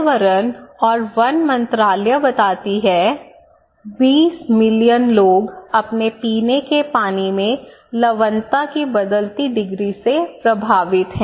पर्यावरण और वन मंत्रालयबताती है 20 मिलियन लोग अपने पीने के पानी में लवणता की बदलती डिग्री से प्रभावित हैं